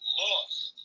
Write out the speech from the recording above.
lost